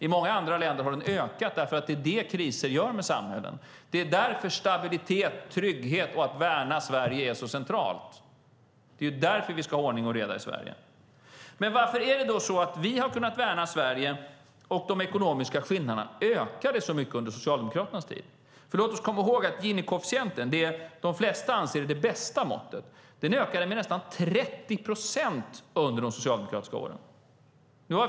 I många andra länder har den ökat därför att det är vad kriser gör med samhällen. Det är därför stabilitet, trygghet och att värna Sverige är så centralt. Därför ska vi ha ordning och reda i Sverige. Varför har vi kunnat värna Sverige, medan de ekonomiska skillnaderna ökade så mycket under Socialdemokraternas tid? Gini-koefficienten, som de flesta anser är det bästa måttet, ökade med nästan 30 procent under de socialdemokratiska åren.